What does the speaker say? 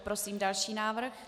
Prosím další návrh.